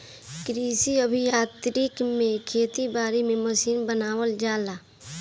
कृषि अभियांत्रिकी में खेती बारी के मशीन बनावल जाला